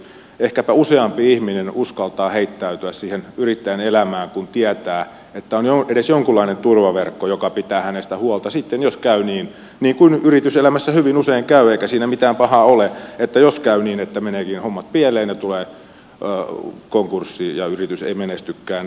ehkäpä useampi ihminen uskaltaa heittäytyä siihen yrittäjän elämään kun tietää että on edes jonkunlainen turvaverkko joka pitää hänestä huolta sitten jos käy niin niin kuin yrityselämässä hyvin usein käy eikä siinä mitään pahaa ole jos käy niin että meneekin hommat pieleen ja tulee konkurssi ja yritys ei menestykään